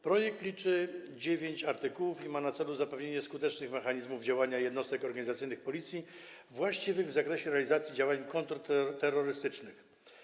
Projekt liczy 9 artykułów i ma na celu zapewnienie skutecznych mechanizmów działania jednostek organizacyjnych Policji właściwych w zakresie realizacji działań kontrterrorystycznych.